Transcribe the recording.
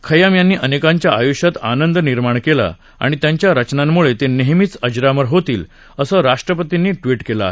खय्याम यांनी अनेकांच्या आय्ष्यात आनंद निर्माण केला आणि त्यांच्या रचनांमुळे ते नेहमीच अजरामर होतील असं राष्ट्रपतींनी ट्वीट केलं आहे